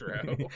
true